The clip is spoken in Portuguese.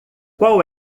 qual